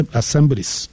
assemblies